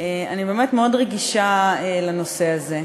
אני באמת מאוד רגישה לנושא הזה.